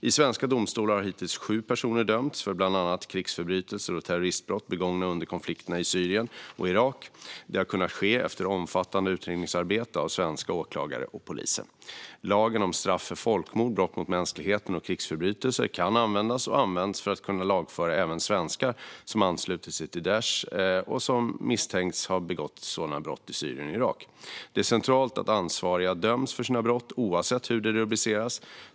I svenska domstolar har hittills sju personer dömts för bland annat krigsförbrytelser och terroristbrott begångna under konflikterna i Syrien och Irak. Det har kunnat ske efter omfattande utredningsarbete av svenska åklagare och poliser. Lagen om straff för folkmord, brott mot mänskligheten och krigsförbrytelser kan användas och används för att lagföra även svenskar som anslutit sig till Daish och som misstänks ha begått sådana brott i Syrien och Irak. Det är centralt att ansvariga döms för sina brott oavsett hur de rubriceras.